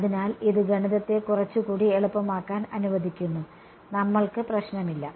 അതിനാൽ ഇത് ഗണിതത്തെ കുറച്ചുകൂടി എളുപ്പമാക്കാൻ അനുവദിക്കുന്നു നമ്മൾക്ക് പ്രശ്നമില്ല